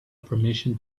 permission